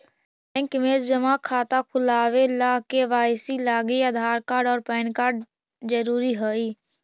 bank में जमा खाता खुलावे ला के.वाइ.सी लागी आधार कार्ड और पैन कार्ड ज़रूरी हई